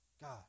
God